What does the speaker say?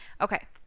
Okay